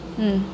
mm